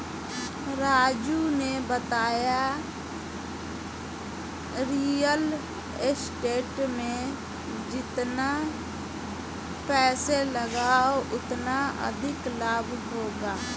राजू ने बताया real estate में जितना पैसे लगाओगे उतना अधिक लाभ होगा